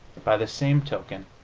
by the same token,